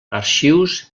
arxius